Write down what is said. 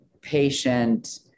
patient